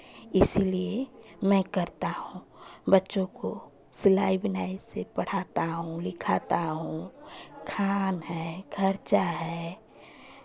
इसीलिए मैं करता हूँ बच्चों को सिलाई बिनाई से पढ़ाता हूँ लिखाता हूँ खान है खर्चा है